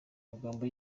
magambo